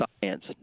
science